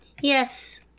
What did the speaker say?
Yes